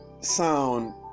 Sound